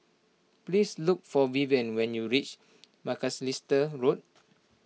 please look for Vivian when you reach Macalister Road